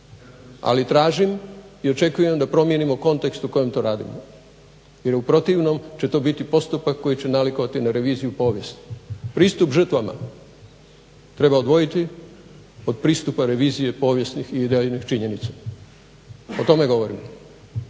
ali tražim i očekujem da promijenimo kontekst u kojem to radimo jer u protivnom će to biti postupak koji će nalikovati na reviziju povijesti. Pristup žrtvama treba odvojiti od pristupa revizije povijesnih i idejnih činjenica o tome govorim.